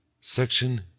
Section